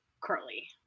curly